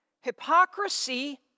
hypocrisy